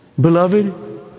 beloved